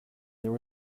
there